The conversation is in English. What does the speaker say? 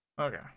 okay